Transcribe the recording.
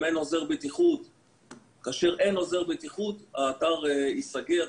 אם אין עוזר בטיחות האתר ייסגר,